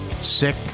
Sick